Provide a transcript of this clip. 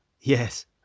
yes